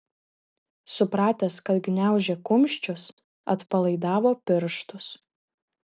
supratęs kad gniaužia kumščius atpalaidavo pirštus